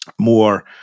more